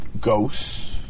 ghosts